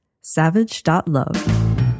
savage.love